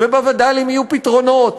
ובווד"לים יהיו פתרונות,